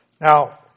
Now